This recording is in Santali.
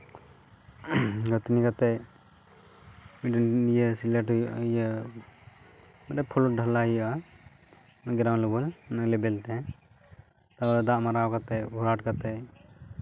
ᱜᱟᱹᱛᱷᱱᱤ ᱠᱟᱛᱮᱫ ᱢᱤᱫᱴᱮᱱ ᱤᱭᱟᱹ ᱥᱤᱞᱮᱴ ᱦᱩᱭᱩᱜᱼᱟ ᱤᱭᱟᱹ ᱢᱤᱫᱴᱮᱱ ᱯᱷᱞᱚᱠ ᱰᱷᱟᱞᱟᱭ ᱦᱩᱭᱩᱜᱼᱟ ᱜᱨᱟᱣᱩᱱᱰ ᱞᱮᱵᱮᱞ ᱞᱮᱵᱮᱞ ᱛᱮ ᱛᱟᱨᱯᱚᱨᱮ ᱫᱟᱜ ᱢᱟᱨᱟᱣ ᱠᱟᱛᱮᱫ ᱵᱷᱚᱨᱟᱴ ᱠᱟᱛᱮᱫ